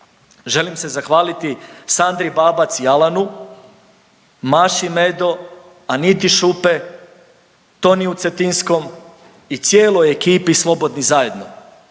želim se zahvaliti Sandri Babac i Alanu, Maši Medo, Aniti Šupe, Toniju Cetinskom i cijeloj ekipi Slobodni Zajedno.